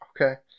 okay